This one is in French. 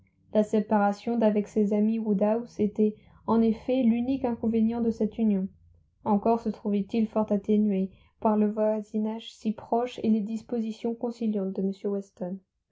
la séparation d'avec ses amis woodhouse était en effet l'unique inconvénient de cette union encore se trouvait-il fort atténué par le voisinage si proche et les dispositions conciliantes de m weston